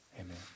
Amen